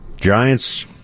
giants